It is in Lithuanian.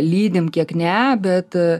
lydim kiek ne bet